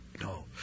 No